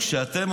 לא מתאים פשוט.